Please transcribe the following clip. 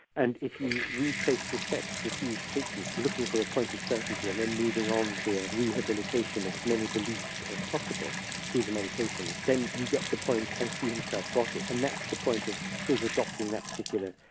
and if you retrace the steps that he was taking, looking for a point of certainty and then moving on to a rehabilitation of as many beliefs as possible through the meditations, then you get the point, as he himself got it, and that's the point of his adopting that particular,